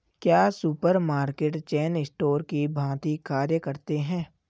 क्या supermarket chain store की भांति कार्य करते हैं?